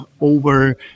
over